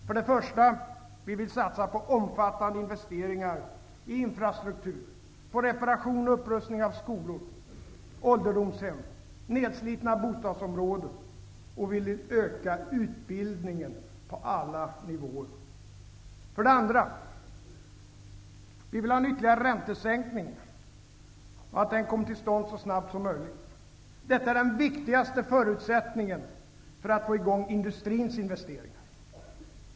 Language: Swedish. För det första: Vi vill satsa på omfattande investeringar i infrastruktur, på reparation och upprustning av skolor, ålderdomshem, nedslitna bostadsområden och vi vill utöka utbildningen på alla nivåer. För det andra: Vi vill ha en ytterligare räntesänkning, och vi vill att den kommer till stånd så snabbt som möjligt. Det är den viktigaste förutsättningen för att vi skall få i gång industrins investeringar.